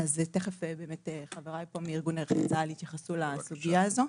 תכף חבריי פה מארגון נכי צה"ל יתייחסו לסוגיה הזו.